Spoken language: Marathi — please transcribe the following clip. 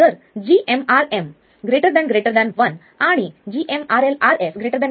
जर gmRm1 आणि gmRLRsRsRmRL